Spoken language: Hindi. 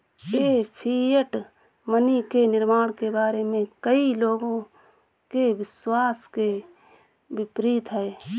यह फिएट मनी के निर्माण के बारे में कई लोगों के विश्वास के विपरीत है